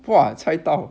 !wah! 菜刀